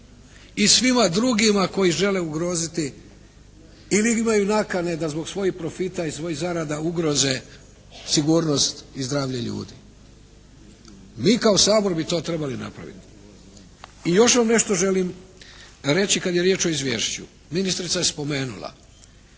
i svima drugima koji žele ugroziti ili imaju nakane da zbog svojih profita i svojih zarada ugroze sigurnost i zdravlje ljudi. Mi kao Sabor bi to trebali napraviti. I još vam nešto želim reći kad je riječ o izvješću, ministrica je spomenula.